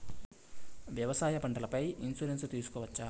వ్యవసాయ పంటల పై ఇన్సూరెన్సు తీసుకోవచ్చా?